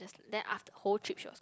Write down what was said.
that's then after whole trip she was